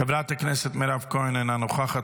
חברת הכנסת מירב כהן, אינה נוכחת.